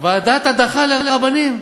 ועדת הדחה לרבנים.